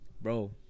bro